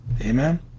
Amen